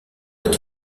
est